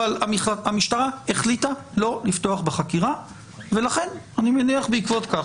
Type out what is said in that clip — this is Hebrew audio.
אבל המשטרה החליטה לא לפתוח בחקירה ולכן אני מניח בעקבות כך,